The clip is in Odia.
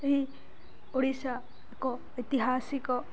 ଏହି ଓଡ଼ିଶା ଏକ ଐତିହାସିକ